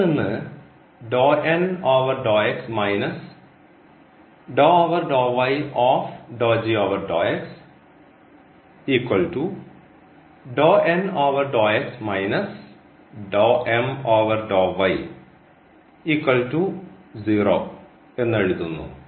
അതിൽനിന്ന് എന്നെഴുതുന്നു